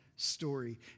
Story